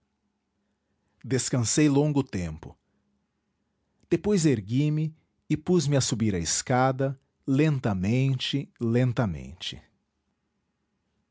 descansei longo tempo depois ergui-me e pus-me a subir a escada lentamente lentamente